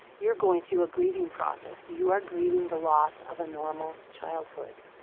you're going through a grieving process. you are grieving the loss of a normal childhood.